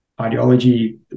ideology